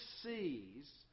sees